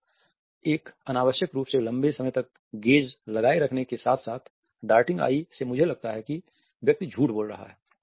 तो एक अनावश्यक रूप से लंबे समय तक गेज़ लगाए रखने के साथ साथ डार्टिंग आईं से मुझे लगता है कि व्यक्ति झूठ बोल रहा है